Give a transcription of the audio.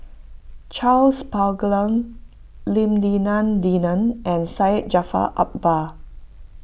Charles Paglar Lim Denan Denon and Syed Jaafar Albar